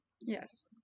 Yes